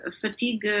fatigue